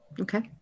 Okay